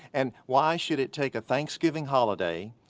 and why should it take a thanksgiving holiday,